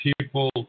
people